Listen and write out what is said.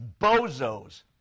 bozos